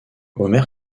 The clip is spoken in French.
homer